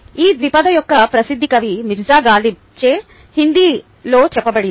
ఈ ద్విపద ఒక ప్రసిద్ధ కవి మీర్జా గాలిబ్ చేత హిందీ fl లో చెప్పబడింది